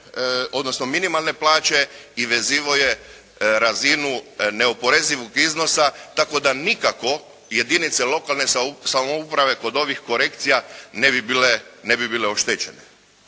odnosno minimalne plaće i vezivao je razinu neoporezivog iznosa tako da nikako jedinice lokalne samouprave kod ovih korekcija ne bi bile oštećene.